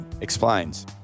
explains